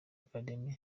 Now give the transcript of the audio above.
academy